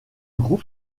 groupe